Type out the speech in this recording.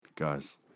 Guys